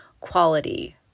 quality